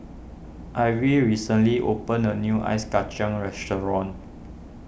Ivie recently opened a new Ice Kachang restaurant